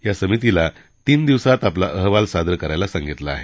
या समितीला तीन दिवसात आपला अहवाल सादर करायला सांगितला आहे